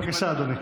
בבקשה, אדוני.